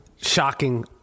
Shocking